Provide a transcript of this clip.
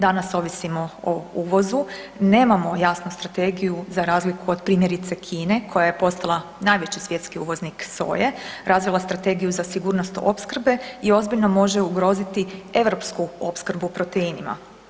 Danas ovisimo o uvozu, nemamo jasnu strategiju za razliku od, primjerice, Kina koja je postala najveći svjetski uvoznik soje, razvila strategiju za sigurnost opskrbe i ozbiljno može ugroziti europsku opskrbu proteinima.